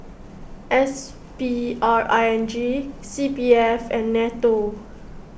S P R I N G C P F and Nato